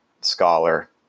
scholar